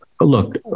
look